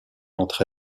entre